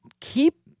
Keep